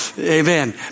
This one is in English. Amen